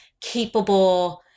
capable